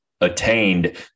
attained